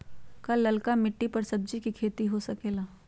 का लालका मिट्टी कर सब्जी के भी खेती हो सकेला?